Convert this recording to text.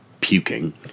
puking